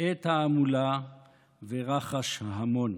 את ההמולה ורחש ההמון: